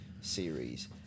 series